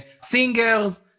singers